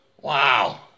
Wow